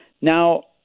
Now